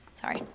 Sorry